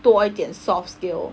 多一点 soft skill